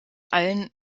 allen